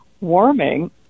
warming